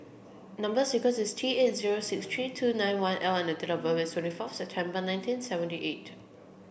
number sequence is T eight zero six three two nine one L and date of birth is twenty fourth September nineteen seventy eight